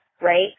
right